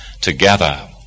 together